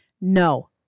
No